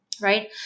right